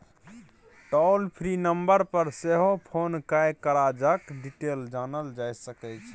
टोल free number पर सेहो phone कए करजाक डिटेल जानल जा सकै छै